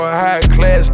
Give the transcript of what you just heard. high-class